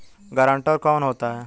Guarantor कौन होता है?